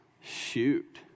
Shoot